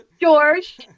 George